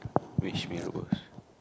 which mee-rebus